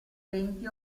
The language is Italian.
venti